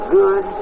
good